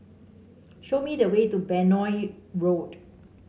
show me the way to Benoi Road